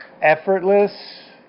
effortless